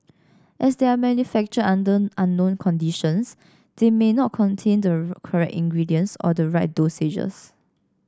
as they are manufactured under unknown conditions they may not contain the correct ingredients or the right dosages